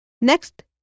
Next